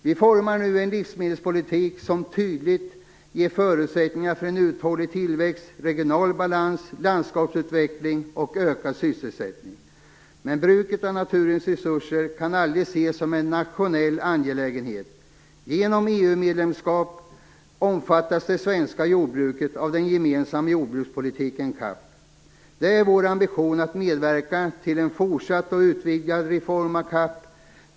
Vi formar nu en livsmedelspolitik som tydligt ger förutsättningar för uthållig tillväxt, regional balans, landskapsutveckling och ökad sysselsättning. Men bruket av naturens resurser kan aldrig ses som en nationell angelägenhet. Genom EU-medlemskapet omfattas det svenska jordbruket av den gemensamma jordbrukspolitiken, CAP. Det är vår ambition att medverka till en fortsatt och utvidgad reform av CAP.